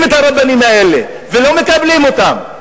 את הרבנים האלה ולא מקבלים אותם.